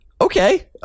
Okay